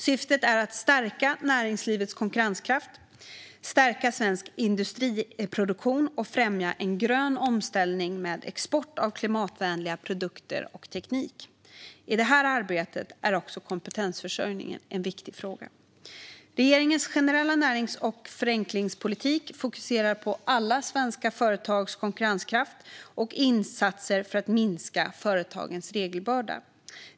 Syftet är att stärka näringslivets konkurrenskraft, stärka svensk industriproduktion och främja en grön omställning med export av klimatvänliga produkter och teknik. I det här arbetet är också kompetensförsörjningen en viktig fråga. Regeringens generella närings och förenklingspolitik fokuserar på alla svenska företags konkurrenskraft och insatser för att minska företagens regelbörda.